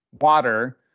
water